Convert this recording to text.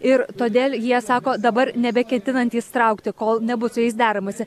ir todėl jie sako dabar nebeketinantys traukti kol nebus su jais deramasi